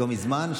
לא מזמן,